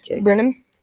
Brennan